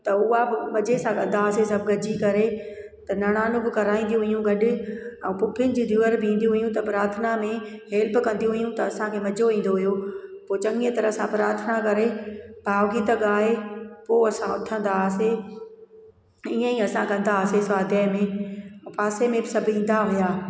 त उहा बि मज़े सां कंदा हुआसीं सभु गॾिजी करे त निराण बि कराईंदी हूयूं गॾु ऐं पुफियुनि जी धीअरूं बि ईंदी हुयूं त प्राथना में हेल्प कंदी हुयूं त असांखे मज़ो ईंदो हुओ पोइ चङीअ तरह सां प्राथना करे भाव गीत गाए पोइ असां उथंदा हुआसीं इअंई असां कंदा हुआसीं स्वाध्याय में ऐं पासे में बि सभु ईंदा हुआ